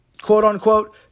quote-unquote